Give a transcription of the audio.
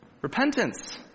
Repentance